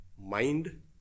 mind